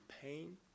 pain